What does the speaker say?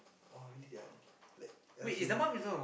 !wah! really ah like